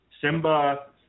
Simba